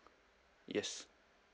yes